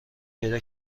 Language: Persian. پیدا